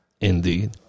Indeed